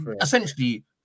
essentially